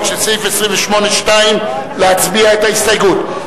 על סעיף 28(2) להצביע על ההסתייגות?